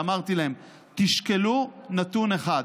ואמרתי להם: תשקלו נתון אחד,